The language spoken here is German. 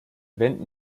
wenden